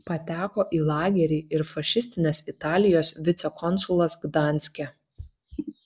pateko į lagerį ir fašistinės italijos vicekonsulas gdanske